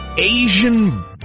Asian